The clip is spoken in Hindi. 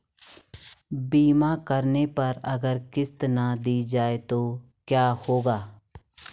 बीमा करने पर अगर किश्त ना दी जाये तो क्या होगा?